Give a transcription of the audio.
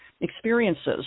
experiences